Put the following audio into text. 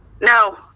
No